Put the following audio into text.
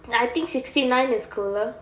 and I think sixty nine is cooler